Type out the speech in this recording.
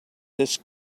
this